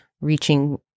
reaching